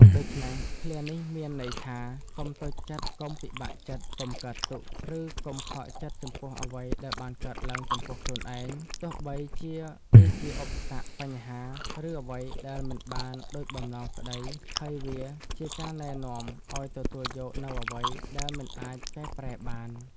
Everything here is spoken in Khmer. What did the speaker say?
ដូច្នេះ ឃ្លានេះមានន័យថា កុំតូចចិត្ត កុំពិបាកចិត្ត កុំកើតទុក្ខ ឬកុំខកចិត្តចំពោះអ្វីដែលបានកើតឡើងចំពោះខ្លួនឯង ទោះបីជាវាជាឧបសគ្គ បញ្ហា ឬអ្វីដែលមិនបានដូចបំណងក្តី ហើយវាជាការណែនាំឱ្យទទួលយកនូវអ្វីដែលមិនអាចកែប្រែបាន។